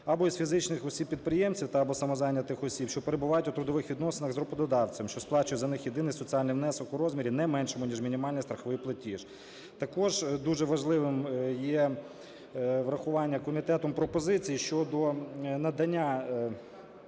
або із фізичних осіб-підприємців та/або самозайнятих осіб, що перебувають у трудових відносинах з роботодавцем, що сплачує за них єдиний соціальний внесок у розмірі не меншому, ніж мінімальний страховий платіж. Також дуже важливим є врахування комітетом пропозицій щодо надання